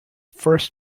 first